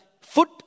foot